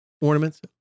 ornaments